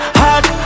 hot